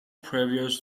previous